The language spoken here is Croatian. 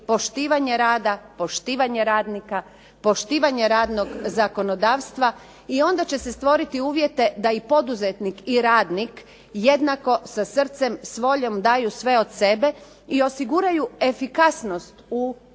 poštivanje rada, poštivanje radnika, poštivanje radnog zakonodavstva i onda će se stvoriti uvjete da i poduzetnik i radnik jednako sa srcem, s voljom daju sve od sebe i osiguraju efikasnost u gospodarstvu